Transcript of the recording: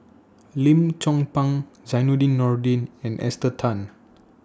Lim Chong Pang Zainudin Nordin and Esther Tan